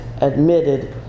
admitted